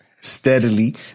steadily